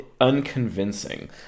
unconvincing